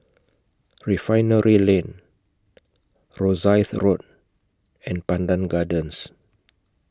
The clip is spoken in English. Refinery Lane Rosyth Road and Pandan Gardens